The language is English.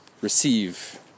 receive